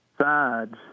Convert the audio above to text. sides